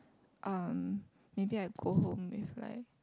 uh maybe I go home with like